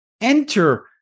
enter